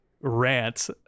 rant